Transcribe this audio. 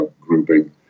grouping